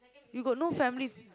you got no family